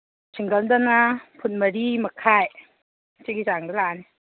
ꯁꯤꯡꯒꯜꯗꯅ ꯐꯨꯠ ꯃꯔꯤ ꯃꯈꯥꯏ ꯁꯤꯒꯤ ꯆꯥꯡꯗ ꯂꯥꯛꯑꯅꯤ